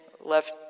left